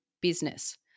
business